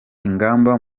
ingamba